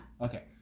Okay